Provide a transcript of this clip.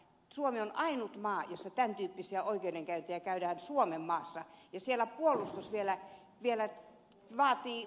suomi on ainut maa jossa tämän tyyppisiä oikeudenkäyntejä käydään suomenmaassa ja siellä ulos vielä viedä läpi